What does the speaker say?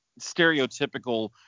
stereotypical